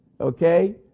Okay